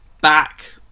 back